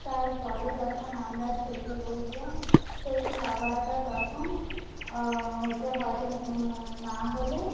তারপরে যখন আমরা খেতে বসবো সেই খাবারটা তখন হচ্ছে হজম না হলে